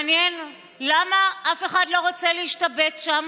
מעניין, למה אף אחד לא רוצה להשתבץ שם?